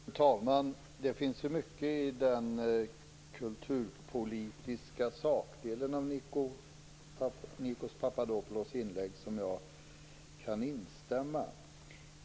Fru talman! Det finns mycket i den kulturpolitiska sakdelen av Nikos Papadopoulos inlägg som jag kan instämma i.